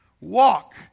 Walk